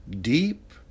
deep